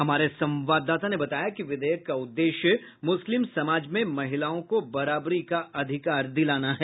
हमारे संवाददाता ने बताया कि विधेयक का उद्देश्य मुस्लिम समाज में महिलाओं को बराबरी का अधिकार दिलाना है